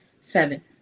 seven